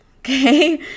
okay